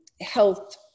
health